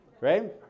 right